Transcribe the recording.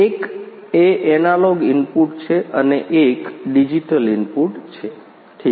એક એ analogue input છે અને એક છે ડિજિટલ ઇનપુટ્સ